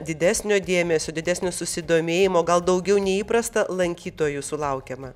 didesnio dėmesio didesnio susidomėjimo gal daugiau nei įprasta lankytojų sulaukiama